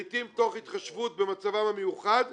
לעתים תוך התחשבות במצבם המיוחד,